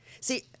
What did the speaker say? See